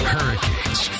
Hurricanes